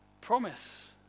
promise